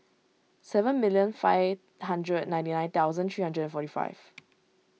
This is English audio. seven million five hundred ninety nine thousand three hundred and forty five